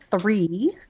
three